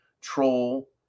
troll